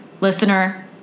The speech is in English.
Listener